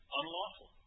unlawful